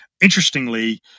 Interestingly